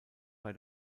bei